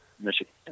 Michigan